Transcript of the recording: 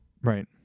right